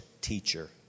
teacher